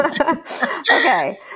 okay